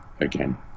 again